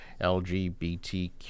LGBTQ